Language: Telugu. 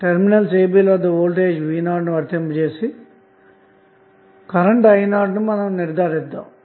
టెర్మినల్ ab ల వద్దవోల్టేజ్ v0వర్తింపజేసి కరెంట్నుi0ను నిర్ధారిద్దాము